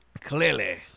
clearly